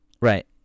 right